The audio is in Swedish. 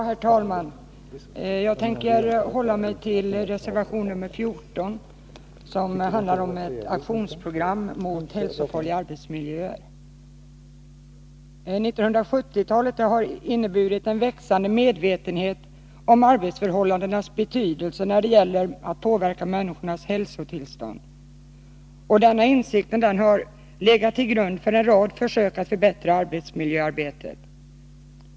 Herr talman! Jag tänker hålla mig till reservation 14 som handlar om ett aktionsprogram mot hälsofarliga arbetsmiljöer. 1970-talet har inneburit en växande medvetenhet om arbetsförhållandenas betydelse när det gäller att påverka människornas hälsotillstånd. Denna insikt har legat till grund för en rad försök att förbättra arbetsmiljöarbetet.